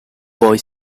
boy